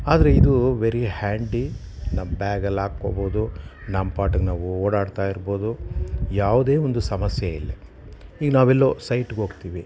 ಆದರೆ ಇದು very handy ನಮ್ಮ ಬ್ಯಾಗಲ್ಲಿ ಹಾಕ್ಕೊಬೋದು ನಮ್ಮ ಪಾಡಿಗೆ ನಾವು ಓಡಾಡ್ತಾಯಿರ್ಬೊದು ಯಾವುದೇ ಒಂದು ಸಮಸ್ಯೆ ಇಲ್ಲ ಈಗ ನಾವೆಲ್ಲೋ ಸೈಟ್ಗೋಗ್ತಿವಿ